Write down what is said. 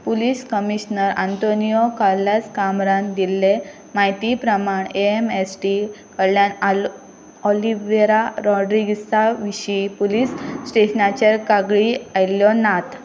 police commissioner Antonio Carlos Kamran दिल्ले म्हायती प्रमाण ए ऍम ऍस टी कडल्यान आलो ऑलिवेरा रॉड्रिग्साविशीं पुलिस स्टेशनाचेर कागाळी आयिल्ल्यो नात